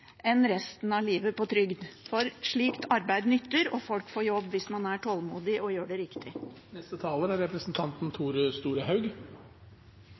enn resten av livet på trygd. Slikt arbeid nytter, og folk får jobb hvis man er tålmodig og gjør det riktig. Eg synest det er